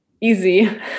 easy